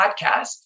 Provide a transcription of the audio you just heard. podcast